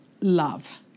love